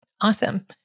awesome